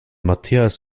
matthias